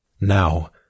Now